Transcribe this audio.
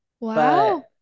Wow